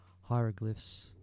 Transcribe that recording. hieroglyphs